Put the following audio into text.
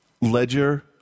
Ledger